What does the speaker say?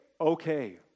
okay